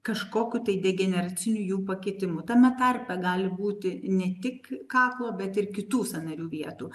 kažkokiu tai degeneraciniu jų pakitimu tame tarpe gali būti ne tik kaklo bet ir kitų sąnarių vietų